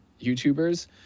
YouTubers